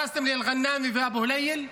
הרסתם לאלר'נמי ולאבו הילייל,